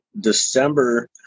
December